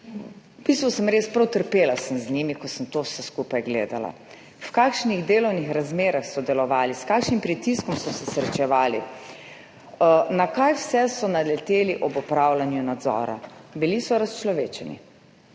V bistvu sem res, prav trpela sem z njimi, ko sem to vse skupaj gledala, v kakšnih delovnih razmerah so delovali, s kakšnim pritiskom so se srečevali, na kaj vse so naleteli ob opravljanju nadzora. Bili so razčlovečeni.